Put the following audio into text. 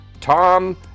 Tom